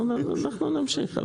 אנחנו נמשיך.